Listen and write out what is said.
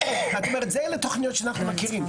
את אומרת, אלה תוכניות שאנחנו מכירים.